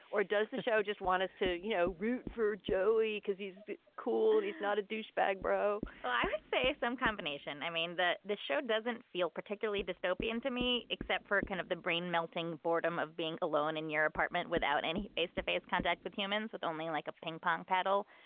or does the show just want us to, you know, root for joey? cause he's cool. he's not a douchebag, bro i would say some combination. i mean, that the show doesn't feel particularly dystopian to me, except for kind of the brain melting boredom of being alone in your apartment without any face-to-face contact with humans with only like a ping pong paddle.